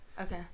Okay